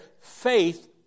faith